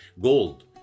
gold